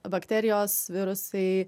bakterijos virusai